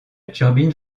turbine